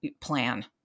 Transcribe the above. plan